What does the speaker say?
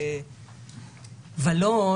ואם לא,